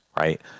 right